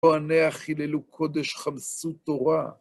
בוא'נה אחי, ללו קודש, חמסו תורה.